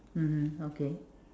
mmhmm okay